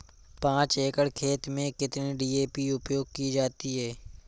पाँच एकड़ खेत में कितनी डी.ए.पी उपयोग की जाती है?